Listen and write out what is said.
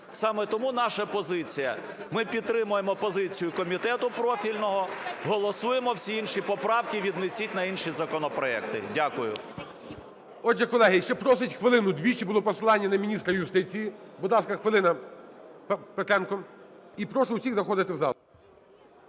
Саме тому наша позиція: ми підтримуємо позицію комітету профільного, голосуємо, всі інші поправки віднесіть на інші законопроекти. Дякую. ГОЛОВУЮЧИЙ. Отже, колеги, ще просить хвилину, двічі було посилання на міністра юстиції. Будь ласка, хвилина Петренку. І прошу всіх заходити в зал.